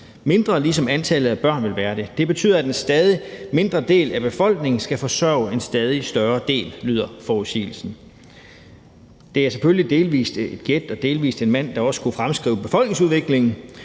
mindre, ligesom antallet af børn vil være det. Det betyder, at en stadig mindre del af befolkningen skal forsørge en stadig større del«, lyder forudsigelsen. Det er selvfølgelig delvis et gæt og delvis en mand, der også kunne fremskrive befolkningsudviklingen.